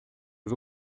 des